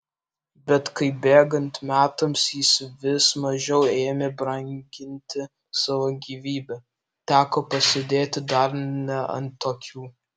bet kai bėgant metams jis vis mažiau ėmė branginti savo gyvybę teko pasėdėti dar ne ant tokių